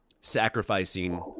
sacrificing